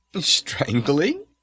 Strangling